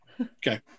Okay